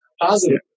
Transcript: positive